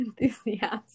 Enthusiasts